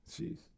Jeez